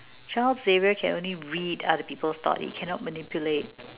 charles xavier can only read other people's thoughts he cannot manipulate